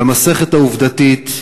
למסכת העובדתית,